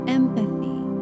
empathy